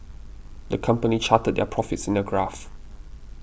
the company charted their profits in a graph